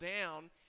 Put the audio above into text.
down